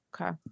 Okay